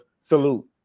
salute